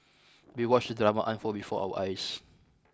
we watched the drama unfold before our eyes